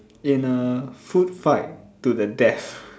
in a food fight to the death